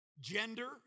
gender